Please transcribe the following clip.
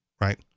right